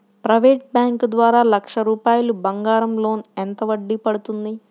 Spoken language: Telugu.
ప్రైవేట్ బ్యాంకు ద్వారా లక్ష రూపాయలు బంగారం లోన్ ఎంత వడ్డీ పడుతుంది?